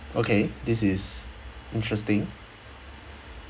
okay this is interesting